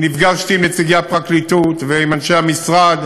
נפגשתי עם נציגי הפרקליטות ועם אנשי המשרד